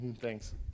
thanks